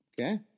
Okay